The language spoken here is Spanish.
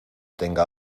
tenga